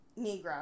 Negro